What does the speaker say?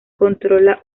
controlaba